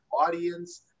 audience